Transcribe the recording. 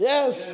Yes